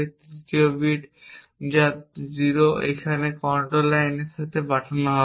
3য় bit যা 0 এখানে control লাইনের সাথে পাঠানো হবে